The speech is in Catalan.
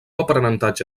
aprenentatge